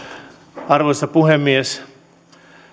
arvoisa puhemies